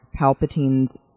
Palpatine's